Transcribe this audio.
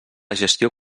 gestió